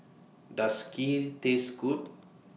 Does Kheer Taste Good